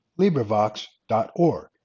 LibriVox.org